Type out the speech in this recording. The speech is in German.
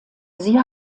sie